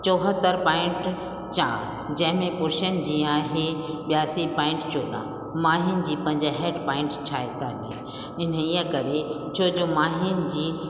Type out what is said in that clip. चोहतरि पाईंट चारि जंहिंमें पुरुषनि जी आहे ॿियासी पाईंट चोॾहं मायुनि जी पंजहठि पाईंट छाहेतालीह इन करे छो जो मायुनि जी